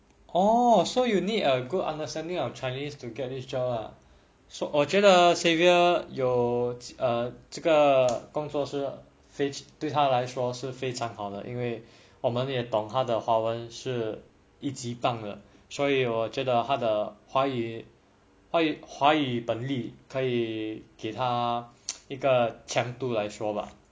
orh so you need a good understanding of chinese to get this job 我觉得 xaiver 有这个工作对他来说是非常好的应为我们也懂它的华语是一级棒的所以我觉得他的话语本例可以给他一个强度吧:you zhe ge gong zuo dui ta lai shuo shi fei chang hao de ying wei wo men ye dong ta de hua yu shi yi ji bang de suo yi wo jue de ta de hua yu ben lilie ke yi geiji ta yi ge qiang du ba